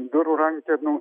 durų rankenų